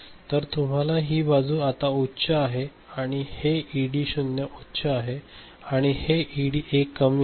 तर तुम्हाला ही बाजू आता उच्च आहे आणि हे इडी0 उच्च आहे आणि हे इडी1 कमी आहे